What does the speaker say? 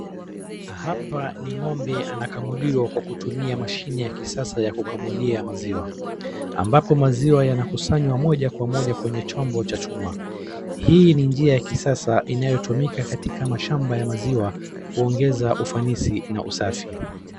Hapa ni ng'ombe anakamuliwa kwa kutumia mashine ya kisasa ya kukamulia maziwa, ambako maziwa yanakusanywa moja kwa moja kwenye chombo cha chuma . Hii ni njia ya kisasa inayotumika katika mashamba ya maziwa, kuongeza ufanisi na usafi.